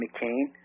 McCain